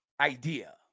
idea